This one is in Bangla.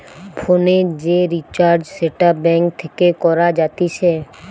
ফোনের যে রিচার্জ সেটা ব্যাঙ্ক থেকে করা যাতিছে